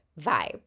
vibe